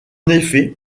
effet